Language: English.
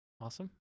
Awesome